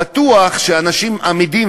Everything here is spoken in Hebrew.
בטוח שאנשים אמידים,